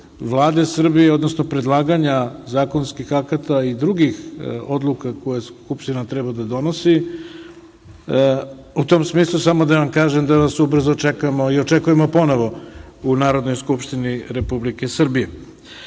Vlade Srbije, odnosno predlaganja zakonskih akata i drugih odluka koje Skupština treba da donosi, u tom smislu samo da vam kažem da nas ubrzo čeka i očekujemo ponovo u Narodnoj skupštini Republike Srbije. Kao